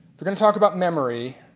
going to talk about memory,